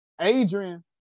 Adrian